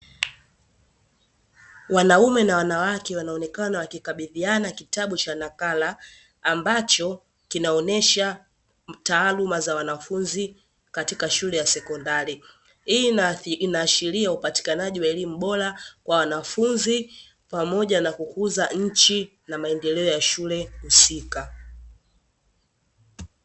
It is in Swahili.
Wanaume na wanawake wanaonekana wakikabidhiana kitabu cha nakala, ambacho kinaonesha taaluma za wanafunzi katika shule za sekondari. Hii inaashiria upatikanaji wa elimu bora kwa wanafunzi pamoja na kukuza nchi na mandeleo ya shule husika.